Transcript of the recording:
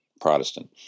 Protestant